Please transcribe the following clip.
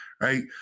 right